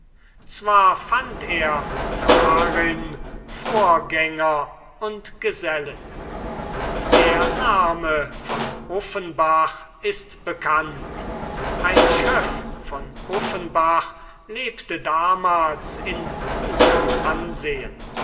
zwar fand er darin vorgänger und gesellen der name von uffenbach ist bekannt ein schöff von uffenbach lebte damals in gutem ansehen